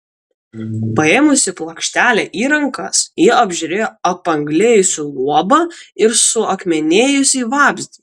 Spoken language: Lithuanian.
paėmusi plokštelę į rankas ji apžiūrėjo apanglėjusį luobą ir suakmenėjusį vabzdį